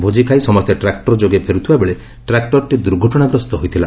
ଭୋକି ଖାଇ ସମସ୍ତେ ଟ୍ରାକ୍ଟର ଯୋଗେ ଫେରୁଥିବା ବେଳେ ଟ୍ରାକୁରଟି ଦୁର୍ଘଟଣାଗ୍ରସ୍ତ ହୋଇଥିଲା